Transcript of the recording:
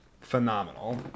Phenomenal